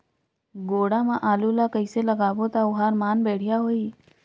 गोडा मा आलू ला कइसे लगाबो ता ओहार मान बेडिया होही?